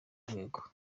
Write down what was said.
rwego